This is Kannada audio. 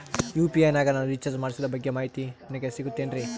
ಯು.ಪಿ.ಐ ನಾಗ ನಾನು ರಿಚಾರ್ಜ್ ಮಾಡಿಸಿದ ಬಗ್ಗೆ ನನಗೆ ಮಾಹಿತಿ ಸಿಗುತೇನ್ರೀ?